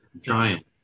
Giant